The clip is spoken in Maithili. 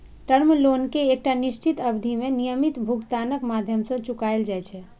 टर्म लोन कें एकटा निश्चित अवधि मे नियमित भुगतानक माध्यम सं चुकाएल जाइ छै